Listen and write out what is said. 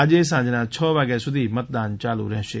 આજે સાંજના છ વાગ્યા સુધી મતદાન યાલુ રહેશે